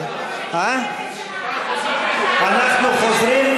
אנחנו חוזרים,